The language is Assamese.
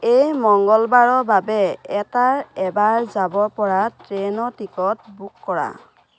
এই মঙ্গলবাৰৰ বাবে এটা এবাৰ যাব পৰা ট্ৰেইনৰ টিকট বুক কৰা